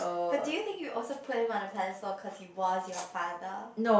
but do you think you also put him on a pedestal cause he was your father